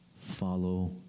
Follow